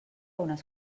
unes